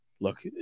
look